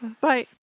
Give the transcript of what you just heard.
bye